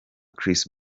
chris